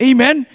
Amen